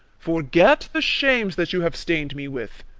forget the shames that you have stain'd me with,